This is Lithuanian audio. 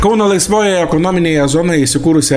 kauno laisvojoje ekonominėje zonoj įsikūrusi